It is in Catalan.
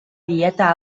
dieta